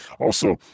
Also-